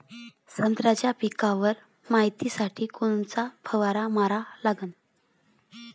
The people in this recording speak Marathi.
संत्र्याच्या पिकावर मायतीसाठी कोनचा फवारा मारा लागन?